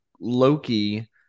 Loki